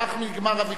ובכך נגמר הוויכוח.